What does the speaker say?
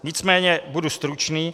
Nicméně budu stručný.